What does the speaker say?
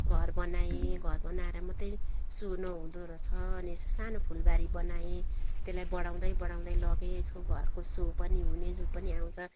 घर बनाएँ घर बनाएर मात्रै सो नहुँदो रहेछ अनि सानो फूलबारी बनाएँ त्यसलाई बढाउँदै बढाउँदै लगेँ एसको घरको सो पनि हुने जो पनि आउँछ